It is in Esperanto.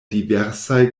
diversaj